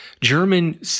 German